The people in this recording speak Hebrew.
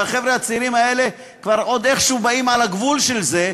והחבר'ה הצעירים האלה עוד איכשהו באים על הגבול של זה,